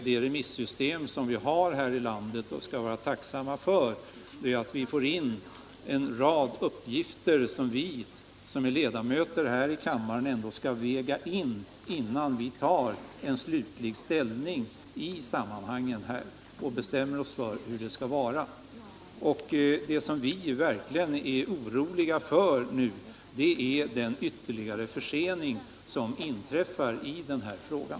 Det remissystem vi har här i landet och som vi skall vara tacksamma för gör att vi får in en rad uppgifter som vi riksdagsledamöter ändå skall väga av innan vi tar slutlig ställning och bestämmer oss för hur det skall vara. Vad vi reservanter är verkligt oroliga för nu är den ytterligare försening som utskottets förslag innebär i den här frågan.